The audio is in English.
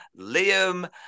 liam